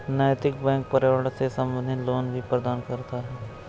नैतिक बैंक पर्यावरण से संबंधित लोन भी प्रदान करता है